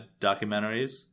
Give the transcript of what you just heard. documentaries